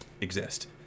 exist